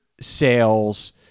sales